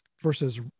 versus